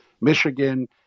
Michigan